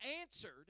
answered